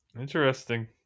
Interesting